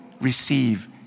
receive